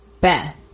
Beth